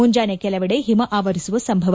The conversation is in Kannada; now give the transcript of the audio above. ಮುಂಜಾನೆ ಕೆಲವೆಡೆ ಹಿಮ ಆವರಿಸುವ ಸಂಭವ